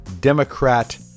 Democrat